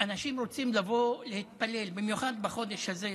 אנשים רוצים לבוא להתפלל, במיוחד בחודש הזה.